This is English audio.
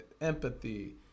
empathy